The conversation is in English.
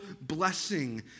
blessing